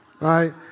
Right